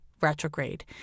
retrograde